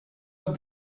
met